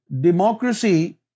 democracy